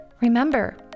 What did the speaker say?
Remember